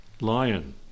lion